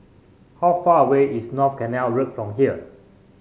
how far away is North Canal Road from here